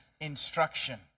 instruction